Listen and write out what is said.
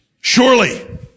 Surely